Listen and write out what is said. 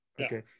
Okay